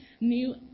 new